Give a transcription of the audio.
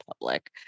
public